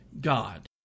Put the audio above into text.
god